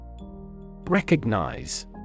Recognize